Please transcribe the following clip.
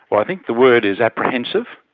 well, i think the word is apprehensive,